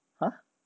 !huh!